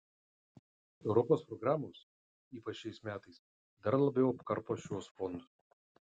europos programos ypač šiais metais dar labiau apkarpo šiuos fondus